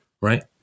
Right